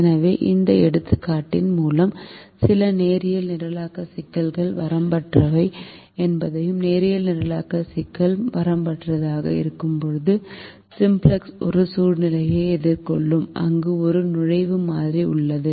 எனவே இந்த எடுத்துக்காட்டின் மூலம் சில நேரியல் நிரலாக்க சிக்கல்கள் வரம்பற்றவை என்பதையும் நேரியல் நிரலாக்க சிக்கல் வரம்பற்றதாக இருக்கும்போது சிம்ப்ளக்ஸ் ஒரு சூழ்நிலையை எதிர்கொள்ளும் அங்கு ஒரு நுழைவு மாறி உள்ளது